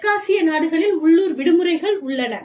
தெற்காசிய நாடுகளில் உள்ளூர் விடுமுறைகள் உள்ளன